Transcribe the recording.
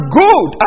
good